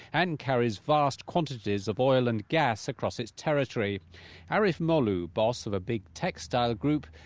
and carries vast quantities of oil and gas across its territory arif molu, boss of a big textile group.